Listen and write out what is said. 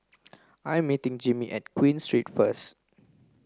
I am meeting Jimmie at Queen Street first